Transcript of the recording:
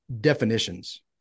definitions